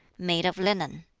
made of linen.